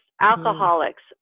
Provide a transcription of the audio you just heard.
alcoholics